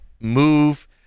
move